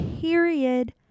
Period